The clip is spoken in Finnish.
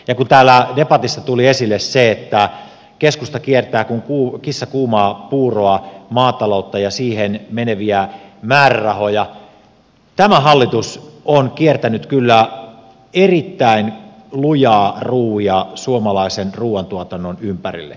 kun täällä debatissa tuli esille se että keskusta kiertää kuin kissa kuumaa puuroa maataloutta ja siihen meneviä määrärahoja tämä hallitus on kiertänyt kyllä erittäin lujaa ruuvia suomalaisen ruuantuotannon ympärille